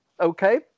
Okay